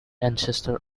ancestor